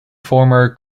former